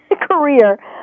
career